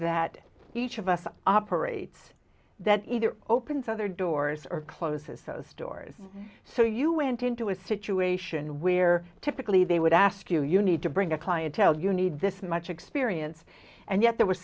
that each of us operates that either opens other doors are closed says so stores so you went into a situation where typically they would ask you you need to bring a clientele you need this much experience and yet there was